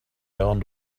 owned